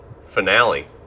finale